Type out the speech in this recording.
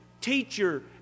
teacher